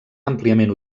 àmpliament